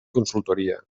consultoria